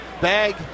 Bag